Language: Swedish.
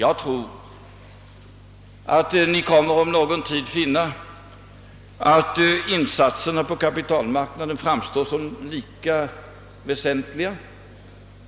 Jag tror emellertid att vi om någon tid kommer att finna, att insatserna på kapitalmarknaden framstår som lika väsentliga